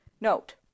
Note